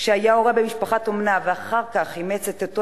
שהיה הורה במשפחת אומנה ואחר כך אימץ את אותו